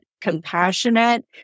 compassionate